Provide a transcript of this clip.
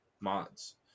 mods